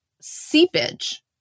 seepage